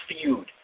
feud